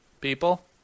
people